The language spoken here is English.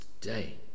today